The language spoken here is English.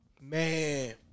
man